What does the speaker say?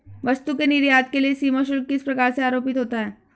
वस्तु के निर्यात के लिए सीमा शुल्क किस प्रकार से आरोपित होता है?